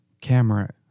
camera